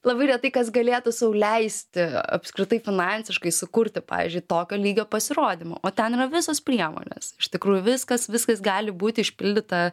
labai retai kas galėtų sau leisti apskritai finansiškai sukurti pavyzdžiui tokio lygio pasirodymą o ten yra visos priemonės iš tikrųjų viskas viskas gali būti išpildyta